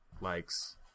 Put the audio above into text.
likes